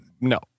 No